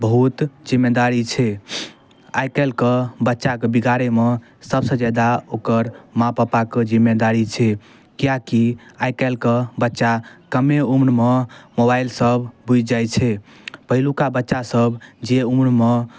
बहुत जिम्मेदारी छै आइकाल्हिके बच्चाके बिगाड़ैमे सबसँ जादा ओकर माँ पप्पाके जिम्मेदारी छै किएकि आइकाल्हिके बच्चा कमे उम्रमे मोबाइलसब बुझि जाइ छै पहिलुका बच्चासभ जाहि उम्रमे